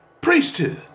priesthood